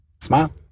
Smile